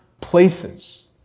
Places